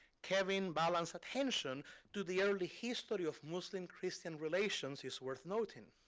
kevin's balanced attention to the early history of muslim-christian relations is worth noting.